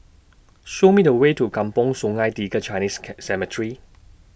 Show Me The Way to Kampong Sungai Tiga Chinese Cemetery